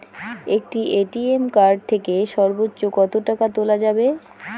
একটি ATM card থেকে সর্বোচ্চ কত টাকা তোলা যাবে?